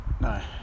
No